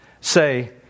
say